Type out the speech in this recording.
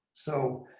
so,